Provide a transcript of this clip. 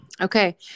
Okay